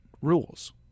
rules